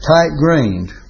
Tight-grained